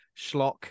schlock